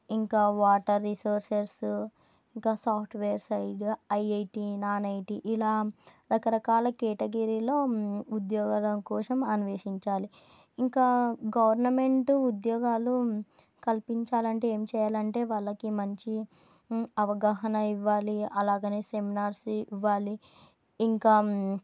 ఇంకా water resources ఇంకా software side IIT non IT ఇలా రకరకాల కేటగిరీలో ఉద్యోగాల కోసం అన్వేషించాలి ఇంకా గవర్నమెంట్ ఉద్యోగాలు కల్పించాలంటే ఏం చేయాలంటే వాళ్ళకి మంచి అవగాహన ఇవ్వాలి అలాగనే సెమినార్స్ ఇవ్వాలి ఇంకా